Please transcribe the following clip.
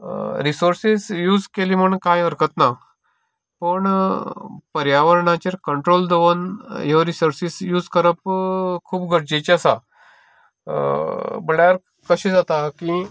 resources use केल्यो म्हण कांय हरकत ना पूण पर्यावरणाचेर कंट्रोल दवरन ह्यो रिसोर्सिस यूज करप खूब गरजेच्यो आसा म्हळ्यार कशें जाता की